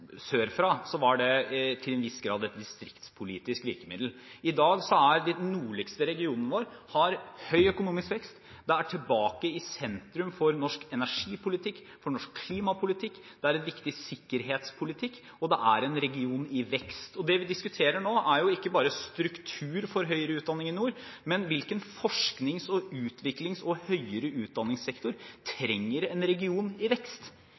sørfra – til en viss grad et distriktspolitisk virkemiddel. I dag har den nordligste regionen vår høy økonomisk vekst, er tilbake i sentrum for norsk energipolitikk og norsk klimapolitikk og er viktig sikkerhetspolitisk. Det er en region i vekst. Det vi diskuterer nå, er ikke bare struktur for høyere utdanning i nord, men hvilken forsknings, utviklings- og høyere utdanningssektor en region i vekst